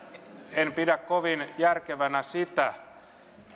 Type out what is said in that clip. en pidä kovin järkevänä sitä